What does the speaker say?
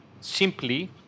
simply